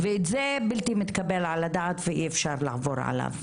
זה מתקבל על הדעת ואי-אפשר לעבור עליו.